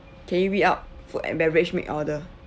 can you read out food and beverage make order